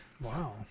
Wow